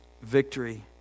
victory